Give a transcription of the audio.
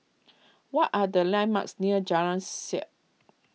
what are the landmarks near Jalan Siap